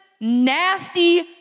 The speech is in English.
nasty